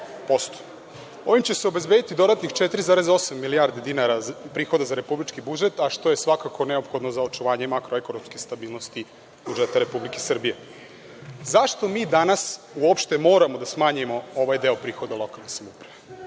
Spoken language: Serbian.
Ovim će se obezbediti dodatnih 4,8 milijardi dinara za republički budžet, a što je svakako neophodno za očuvanje makroekonomske stabilnosti budžeta Republike Srbije.Zašto mi danas uopšte moramo da smanjimo ovaj deo prihoda lokalne samouprave?